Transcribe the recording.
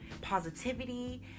positivity